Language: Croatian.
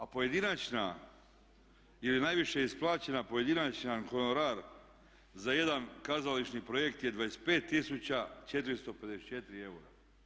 A pojedinačna ili najviše isplaćena pojedinačni honorar za jedan kazališni projekt je 25 454 eura.